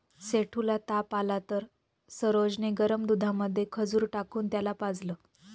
सेठू ला ताप आला तर सरोज ने गरम दुधामध्ये खजूर टाकून त्याला पाजलं